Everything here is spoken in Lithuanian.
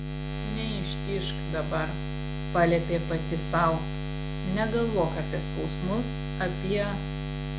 neištižk dabar paliepė pati sau negalvok apie skausmus apie